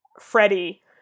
Freddie